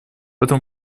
этом